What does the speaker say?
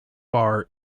bar